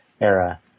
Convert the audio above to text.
era